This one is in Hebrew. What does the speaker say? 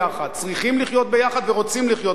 צריכים לחיות ביחד ורוצים לחיות ביחד.